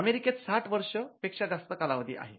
अमेरिकेत साठ वर्ष पेक्षा जास्त वर्षाचा कालावधी आहे